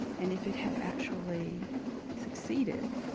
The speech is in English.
and if it had actually succeeded,